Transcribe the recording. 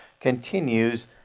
continues